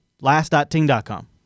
Last.ting.com